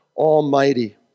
Almighty